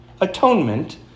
atonement